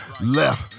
left